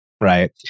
Right